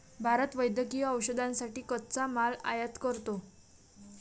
भारत वैद्यकीय औषधांसाठी कच्चा माल आयात करतो